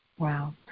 Wow